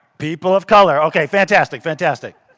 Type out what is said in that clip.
people of color. okay. fantastic. fantastic.